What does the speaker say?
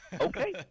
Okay